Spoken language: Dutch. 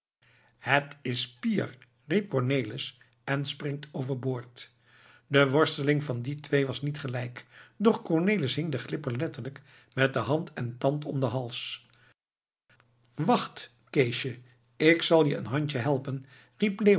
het is pier riep cornelis en springt overboord de worsteling van die twee was niet gelijk doch cornelis hing den glipper letterlijk met hand en tand om den hals wacht keesje ik zal een handje helpen